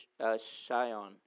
Shion